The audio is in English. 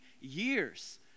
years